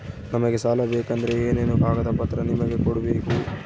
ನಮಗೆ ಸಾಲ ಬೇಕಂದ್ರೆ ಏನೇನು ಕಾಗದ ಪತ್ರ ನಿಮಗೆ ಕೊಡ್ಬೇಕು?